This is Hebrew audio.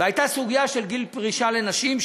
עלתה סוגיה של גיל פרישה לנשים,